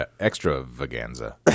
extravaganza